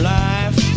life